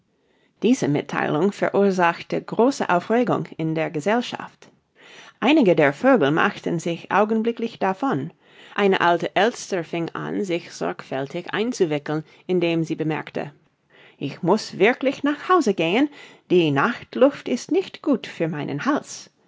diese mittheilung verursachte große aufregung in der gesellschaft einige der vögel machten sich augenblicklich davon eine alte elster fing an sich sorgfältig einzuwickeln indem sie bemerkte ich muß wirklich nach hause gehen die nachtluft ist nicht gut für meinen hals